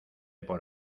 por